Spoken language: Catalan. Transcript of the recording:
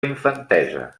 infantesa